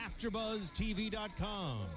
AfterBuzzTV.com